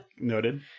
noted